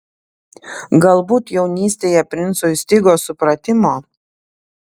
galbūt jaunystėje princui stigo supratimo